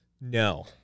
No